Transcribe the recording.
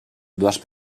dues